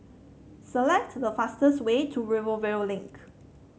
select the fastest way to Rivervale Link